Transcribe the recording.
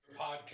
podcast